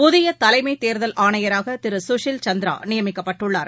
புதிய தலைமை தேர்தல் ஆணையராக திரு சுஷில் சந்திரா நியமிக்கப்பட்டுள்ளார்